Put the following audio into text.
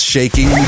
Shaking